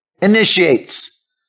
initiates